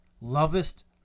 lovest